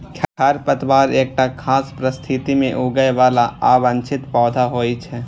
खरपतवार एकटा खास परिस्थिति मे उगय बला अवांछित पौधा होइ छै